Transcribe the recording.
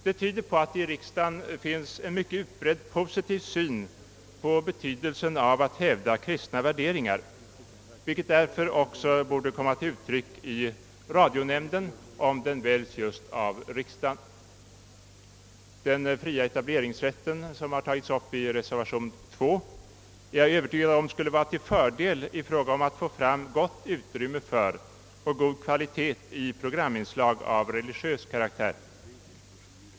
Det tyder på att det i riksdagen finns en mycket utbredd positiv syn på betydelsen av att hävda kristna värderingar, vilken också borde komma till uttryck i radionämnden, om denna väljs av riksdagen. Den fria etableringsrätten, som har tagits upp i reservation nr 2, skulle — därom är jag övertygad — vara till fördel när det gäller att få fram gott utrymme för och hög kvalitet på programinslag av religiös art.